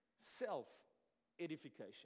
self-edification